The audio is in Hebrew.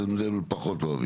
אז את זה הם פחות אוהבים.